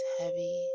heavy